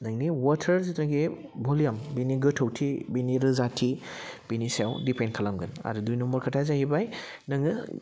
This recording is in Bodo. नोंनि अवाटार जिथुनाखि भुलियाम बेनि गोथौथि बिनि रोजाथि बिनि सायाव दिपेन्द खालामगोन आरो दुइ नम्बर खोथाया जाहैबाय नोङो